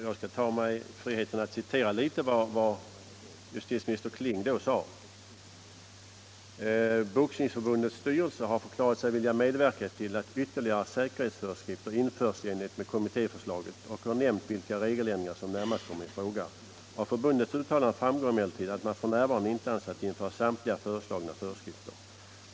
Jag skall ta mig friheten att citera litet av vad justitieminister Kling då sade: ”Boxningsförbundets styrelse har förklarat sig vilja medverka till att ytterligare säkerhetsföreskrifter införs i enlighet med kommittéförslaget och har nämnt vilka regeländringar som närmast kommer i fråga. Av förbundets uttalande framgår emellertid att man f. n. inte avser att införa samtliga föreslagna föreskrifter.